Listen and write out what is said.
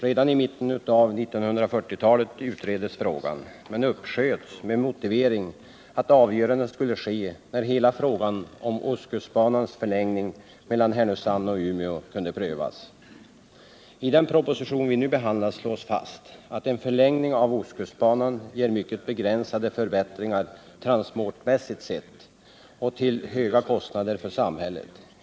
Redan i mitten av 1940-talet utreddes frågan men uppsköts med motiveringen att avgörandet skulle träffas när hela frågan om ostkustbanans förlängning mellan Härnösand och Umeå kunde prövas. I den proposition som vi nu behandlar slås fast att en förlängning av ostkustbanan ger mycket begränsade förbättringar transportmässigt sett och till höga kostnader för samhället.